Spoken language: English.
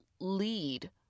lead